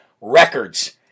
records